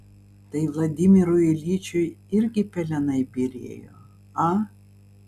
tai vladimirui iljičiui irgi pelenai byrėjo a